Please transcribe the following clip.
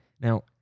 Now